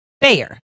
Bayer